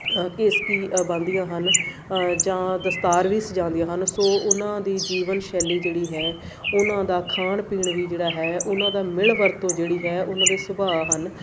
ਕੇਸਕੀ ਬੰਨਦੀਆਂ ਹਨ ਜਾਂ ਦਸਤਾਰ ਵੀ ਸਜਾਉਂਦੀਆਂ ਹਨ ਸੋ ਉਹਨਾਂ ਦੀ ਜੀਵਨ ਸ਼ੈਲੀ ਜਿਹੜੀ ਹੈ ਉਹਨਾਂ ਦਾ ਖਾਣ ਪੀਣ ਵੀ ਜਿਹੜਾ ਹੈ ਉਹਨਾਂ ਦਾ ਮਿਲ ਵਰਤੋਂ ਜਿਹੜੀ ਹੈ ਉਹਨਾਂ ਦੇ ਸੁਭਾਅ ਹਨ